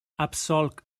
absolc